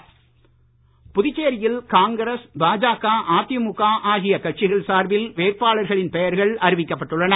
வேட்பாளர்கள் புதுச்சோியில் காங்கிரஸ் பாஜக அதிமுக ஆகிய கட்சிகள் சார்பில் வேட்பாளர்களின் பெயர்கள் அறிவிக்கப்பட்டுள்ளன